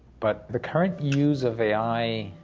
but the current use of a i.